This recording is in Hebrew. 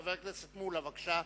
חבר הכנסת שלמה מולה, בבקשה.